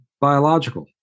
biological